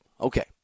Okay